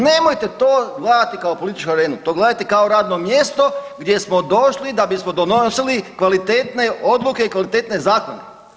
Nemojte to gledati kao političku arenu, to gledajte kao radno mjesto gdje smo došli da bismo donosili kvalitetne odluke i kvalitetne zakone.